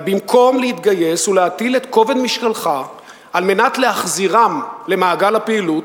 אבל במקום להתגייס ולהטיל את כובד משקלך על מנת להחזירם למעגל הפעילות,